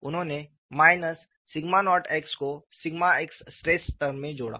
उन्होंने 0x को x stress term में जोड़ा